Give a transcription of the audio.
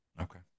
Okay